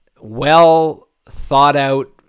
well-thought-out